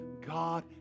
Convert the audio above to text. God